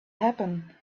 happen